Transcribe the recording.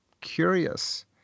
curious